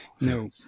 No